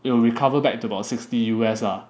it will recover back to about sixty U_S lah